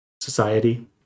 society